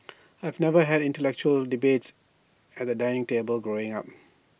I've never had intellectual debates at the dining table growing up